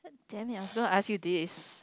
damn it I was gonna ask you this